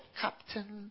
captain